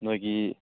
ꯅꯣꯏꯒꯤ